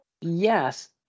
Yes